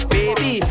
Baby